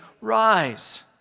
rise